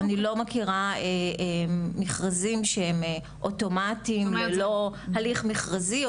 אני לא מכירה מכרזים שהם אוטומטיים ללא הליך מרכזי,